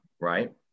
right